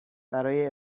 برای